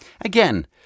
Again